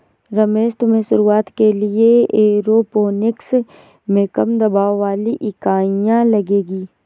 रमेश तुम्हें शुरुआत के लिए एरोपोनिक्स में कम दबाव वाली इकाइयां लगेगी